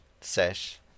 sesh